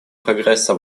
прогресса